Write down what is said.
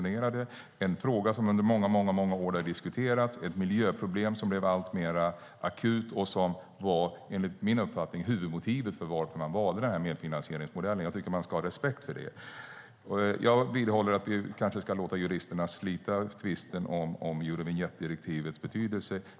Det var en fråga som har diskuterats under många, många år och ett miljöproblem som blev alltmer akut. Det var enligt min uppfattning huvudmotivet till varför man valde den här medfinansieringsmodellen. Jag tycker att man ska ha respekt för det. Jag vidhåller att vi kanske ska låta juristerna slita tvisten om Eurovinjettdirektivets betydelse.